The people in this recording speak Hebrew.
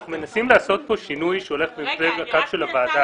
אנחנו מנסים לעשות פה שינוי שהולך בהתאם לקו של הוועדה.